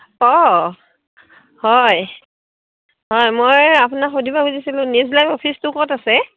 অঁ হয় হয় মই আপোনাক সুধিব খুজিছিলোঁ নিউজ লাইভৰ অফিচটো ক'ত আছে